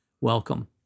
welcome